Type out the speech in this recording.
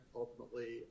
ultimately